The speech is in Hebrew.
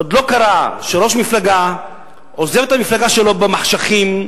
עוד לא קרה שראש מפלגה עוזב את המפלגה שלו במחשכים.